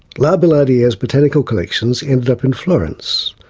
la billardiere's botanical collections ended up in florence,